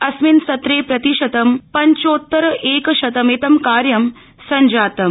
अस्मिन् सत्रे प्रतिशतं पञ्चोत्तरएकशतमितं कार्य संजातम्